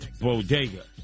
bodega